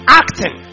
acting